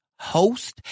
host